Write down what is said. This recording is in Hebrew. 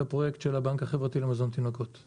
את הפרויקט של הבנק החברתי למזון תינוקות.